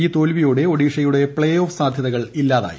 ഈ തോൽവിയോടെ ഒഡ്ടീഷ്യുടെ പ്ലേ ഓഫ് സാധ്യതകൾ ഇല്ലാതായി